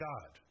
God